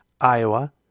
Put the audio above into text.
Iowa